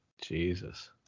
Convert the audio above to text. Jesus